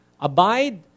Abide